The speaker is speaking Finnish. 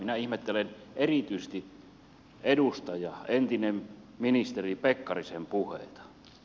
minä ihmettelen erityisesti edustajan entisen ministerin pekkarisen puheita